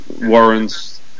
warrants